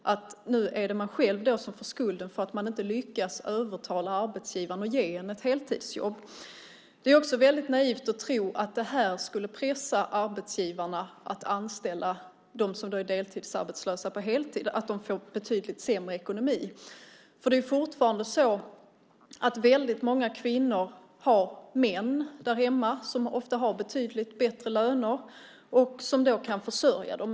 Nu får man själv skulden för att man inte har lyckats övertala arbetsgivaren att ge en ett heltidsjobb. Det är också väldigt naivt att tro att det här skulle pressa arbetsgivarna att på heltid anställa deltidsarbetslösa. Dessa får en betydligt sämre ekonomi. Fortfarande är det så att väldigt många kvinnor har män där hemma som ofta har betydligt bättre löner och som kan försörja dem.